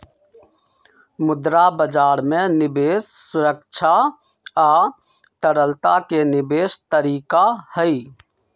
मुद्रा बजार में निवेश सुरक्षा आ तरलता के विशेष तरीका हई